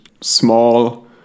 small